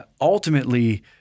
ultimately